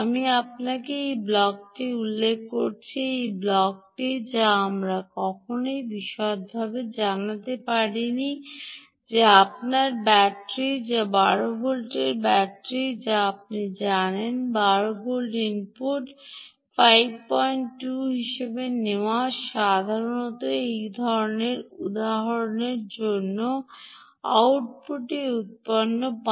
আমি আপনাকে এই ব্লকটি উল্লেখ করছি এই ব্লকটি যা আমরা কখনই বিশদভাবে জানাতে পারি নি যে আপনার ব্যাটারি যা 12 ভোল্টের ব্যাটারি যা আপনি জানেন 12 ভোল্ট ইনপুট 52 হিসাবে নেওয়া সাধারণত এই উদাহরণের জন্য আউটপুটে উত্পন্ন হয়